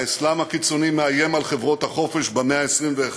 האסלאם הקיצוני מאיים על חברות החופש במאה ה-21.